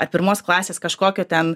ar pirmos klasės kažkokio ten